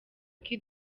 lucky